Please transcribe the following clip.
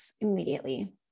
immediately